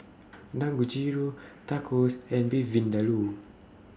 Dangojiru Tacos and Beef Vindaloo